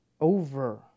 over